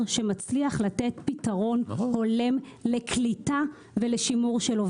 שמצליח לתת פתרון הולם לקליטה ולשימור של עובדים.